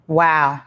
wow